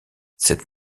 cette